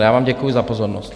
Já vám děkuji za pozornost.